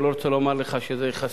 אני לא רוצה לומר לך שמבחינתי,